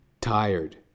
Tired